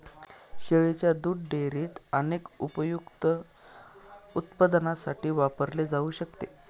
शेळीच्या दुध डेअरीत अनेक उपयुक्त उत्पादनांसाठी वापरले जाऊ शकते